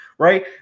Right